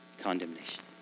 condemnation